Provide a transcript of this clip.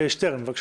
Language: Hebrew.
שטרן, בבקשה.